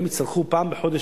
והם יצטרכו פעם בחודש,